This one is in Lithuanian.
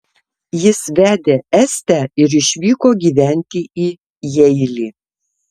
jis vedė estę ir išvyko gyventi į jeilį